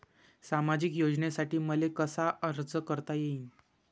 सामाजिक योजनेसाठी मले कसा अर्ज करता येईन?